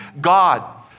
God